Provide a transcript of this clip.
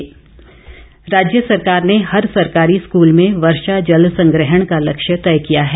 वीरेंद्र कंवर राज्य सरकार ने हर सरकारी स्कूल में वर्षा जल संग्रहण का लक्ष्य तय किया है